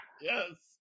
Yes